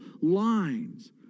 lines